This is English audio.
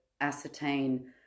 ascertain